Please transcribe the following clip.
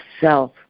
self